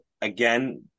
again